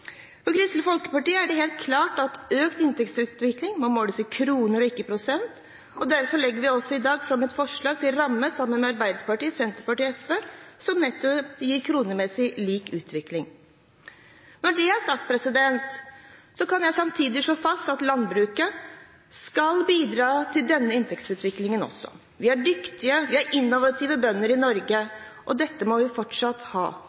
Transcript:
det helt klart at økt inntektsutvikling må måles i kroner og ikke i prosent. Derfor legger vi også i dag, sammen med Arbeiderpartiet, Senterpartiet og SV, fram et forslag til ramme som nettopp gir kronemessig lik utvikling. Når det er sagt, kan jeg samtidig slå fast at landbruket også skal bidra til denne inntektsutviklingen. Vi har dyktige og innovative bønder i Norge, og det må vi fortsatt ha,